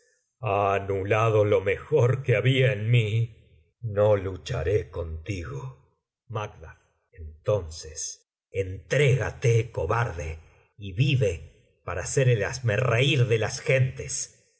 pues ha anulado lo mej or que había en mí no lucharé contigo macd entonces entrégate cobarde y vive para ser el hazmerreír de las gentes